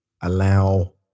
allow